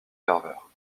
ferveur